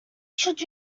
should